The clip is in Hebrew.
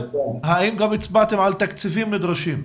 האם הצבעתם גם על תקציבים נדרשים?